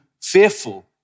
fearful